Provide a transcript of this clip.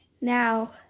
Now